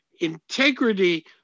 Integrity